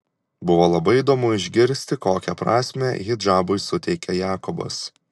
buvo labai įdomu išgirsti kokią prasmę hidžabui suteikia jakobas